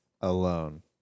alone